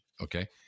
okay